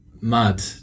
mad